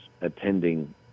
attending